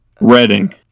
Reading